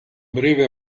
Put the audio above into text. breve